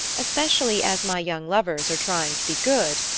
especially as my young lovers are trying to be good,